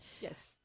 Yes